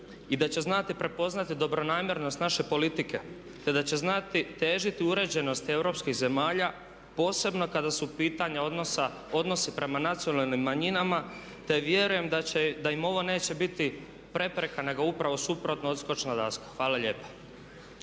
i da će znati prepoznati dobronamjernost naše politike te da će znati težiti uređenosti europskih zemalja posebno kada su u pitanju odnosi prema nacionalnim manjinama te vjerujem da im ovo neće biti prepreka nego upravo suprotno, odskočna daska. Hvala lijepa.